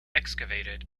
excavated